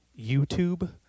YouTube